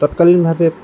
তৎকালীনভাৱে